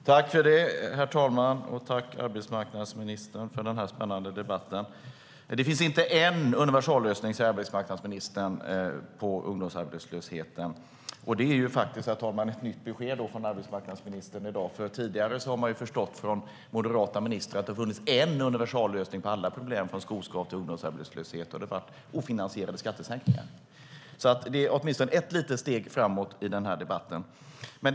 Herr talman! Tack för den här spännande debatten, arbetsmarknadsministern! Det finns inte en universallösning på ungdomsarbetslösheten, säger arbetsmarknadsministern. Det är faktiskt ett nytt besked från arbetsmarknadsministern. Tidigare har man ju förstått på moderata ministrar att det har funnits en universallösning på alla problem från skoskav till ungdomsarbetslöshet, nämligen ofinansierade skattesänkningar. Detta är åtminstone ett litet steg framåt i den här debatten.